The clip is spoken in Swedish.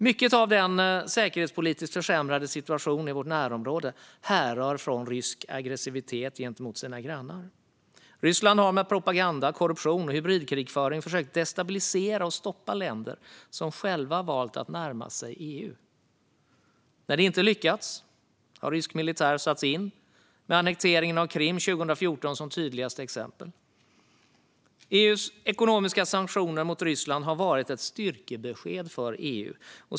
Mycket av den säkerhetspolitiskt försämrade situationen i vårt närområde härrör från rysk aggressivitet gentemot grannländer. Ryssland har med propaganda, korruption och hybridkrigföring sökt destabilisera och stoppa länder som själva valt att närma sig EU. När det inte lyckats har rysk militär satts in, med annekteringen av Krim 2014 som tydligaste exempel. EU:s ekonomiska sanktioner mot Ryssland har varit ett styrkebesked för EU.